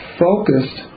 focused